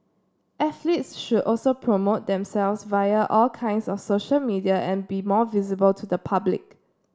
athletes should also promote themselves via all kinds of social media and be more visible to the public